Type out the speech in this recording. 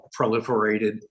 proliferated